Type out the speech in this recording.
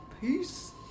Peace